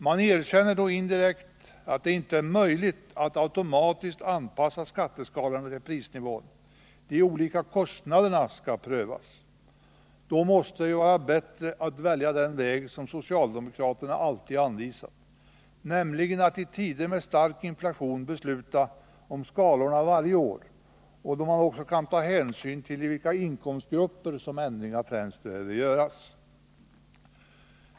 Man erkänner då indirekt att det inte är möjligt att automatiskt anpassa skatteskalorna till prisnivån — de olika kostnaderna skall ju prövas. Det måste vara bättre att välja den väg som socialdemokraterna alltid anvisat, nämligen att i tider med stark inflation besluta om skalorna varje år, då man också kan ta hänsyn till i vilka inkomstgrupper som ändringar främst behöver göras.